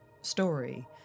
story